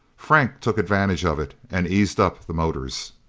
franck took advantage of it and eased up the motors.